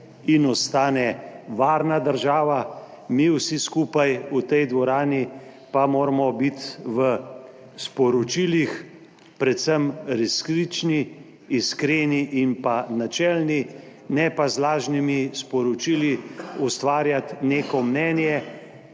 in ostane varna država, mi vsi skupaj v tej dvorani pa moramo biti v sporočilih predvsem resnični, iskreni in pa načelni, ne pa z lažnimi sporočili ustvarjati neko mnenje,